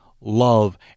love